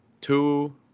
Two